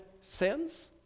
sins